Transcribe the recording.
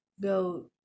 go